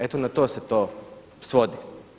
Eto, na to se to svodi.